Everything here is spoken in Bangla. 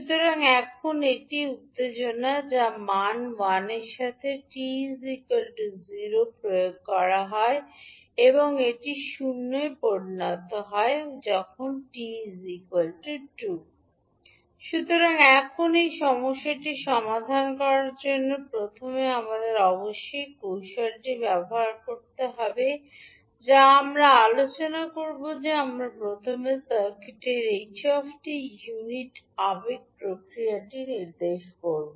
সুতরাং এখন এটি উত্তেজনা যা মান 1 এর সাথে 𝑡 0 এ প্রয়োগ করা হয় এবং এটি 0 এ পরিণত হয় t 2 সুতরাং এখন এই সমস্যাটি সমাধান করার জন্য প্রথমে আমাদের অবশ্যই কৌশলটি ব্যবহার করতে হবে যা আমরা আলোচনা করব যে আমরা প্রথমে সার্কিটের h 𝑡 ইউনিট আবেগ প্রতিক্রিয়াটি নির্দেশ করব